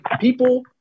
people